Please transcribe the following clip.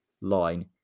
line